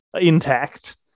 intact